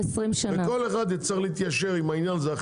וכל אחד יצטרך להתיישר עם העניין הזה.